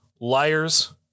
liars